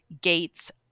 gates